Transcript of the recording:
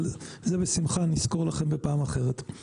אבל את זה בשמחה אני אסקור לכם בפעם אחרת.